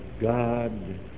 God